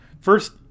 First